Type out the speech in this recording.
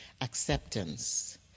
acceptance